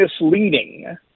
misleading